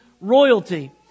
royalty